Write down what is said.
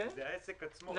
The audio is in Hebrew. זה העסק עצמו.